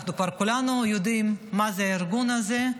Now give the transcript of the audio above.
אנחנו כבר כולנו יודעים מה זה הארגון הזה.